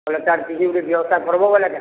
ହେଲେ ତା'ର୍ କିଛି ଗୁଟେ ବ୍ୟବସ୍ଥା କର୍ବ ବେଲେ କା'ନ